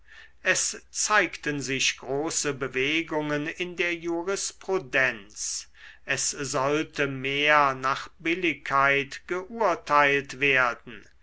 es zeigten sich große bewegungen in der jurisprudenz es sollte mehr nach billigkeit geurteilt werden